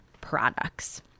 products